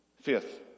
Fifth